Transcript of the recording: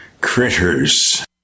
critters